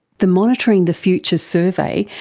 the monitoring the future survey,